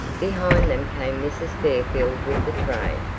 behind them came mrs. fairfield with the tray.